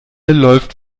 läuft